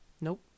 Nope